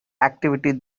activity